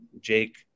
Jake